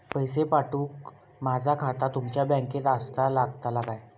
पैसे पाठुक माझा खाता तुमच्या बँकेत आसाचा लागताला काय?